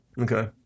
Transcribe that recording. okay